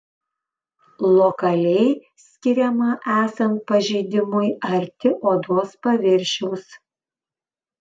lokaliai skiriama esant pažeidimui arti odos paviršiaus